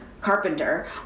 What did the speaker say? Carpenter